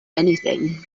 anything